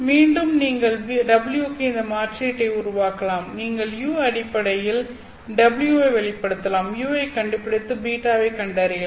மீண்டும் நீங்கள் w க்கு இந்த மாற்றீட்டை உருவாக்கலாம் நீங்கள் u அடிப்படையில் w ஐ வெளிப்படுத்தலாம் u ஐக் கண்டுபிடித்து β வைக் கண்டறியலாம்